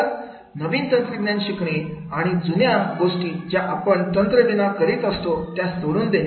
तर नवीन तंत्रज्ञान शिकणे आणि जुन्या गोष्टी ज्या आपण तंत्र वीणा करीत होतो त्या सोडून देणे